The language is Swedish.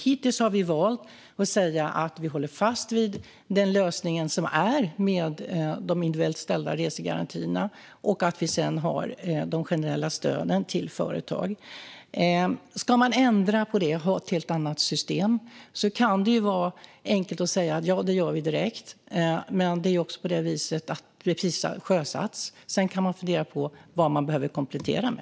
Hittills har vi valt att säga att vi håller fast vid den lösning som finns med de individuellt ställda resegarantierna och att vi sedan har de generella stöden till företag. Vill man ändra på det och ha ett helt annat system kan det vara enkelt att säga: Ja, det gör vi direkt! Men det är också på det viset att det precis har sjösatts. Sedan kan man fundera på vad man behöver komplettera med.